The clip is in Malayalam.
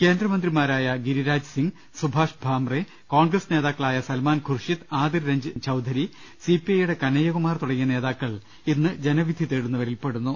കേന്ദ്രമന്ത്രിമാരായ ഗിരിരാ ജ്സിംഗ് സുഭാഷ് ബാംറെ കോൺഗ്രസ് നേതാക്കളായ സൽമാൻ ഖുർഷിദ് ആദിർ രഞ്ജൻ ചൌധരി സി പി ഐയുടെ കനയ്യകുമാർ തുടങ്ങിയ നേതാക്കൾ ഇന്ന് ജന വിധി തേടുന്നവരിൽപെടുന്നു